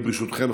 ברשותכם,